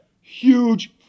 Huge